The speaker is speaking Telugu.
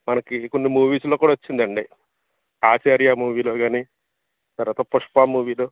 మనకి కొన్ని మూవీస్లో కూడా వచ్చిందండి ఆచార్య మూవీలో కానీ తర్వాత పుష్ప మూవీలో